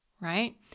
right